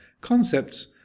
concepts